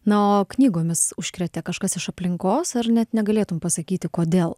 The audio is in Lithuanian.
na o knygomis užkrėtė kažkas iš aplinkos ar net negalėtum pasakyti kodėl